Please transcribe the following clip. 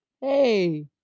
Hey